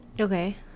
okay